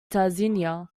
tanzania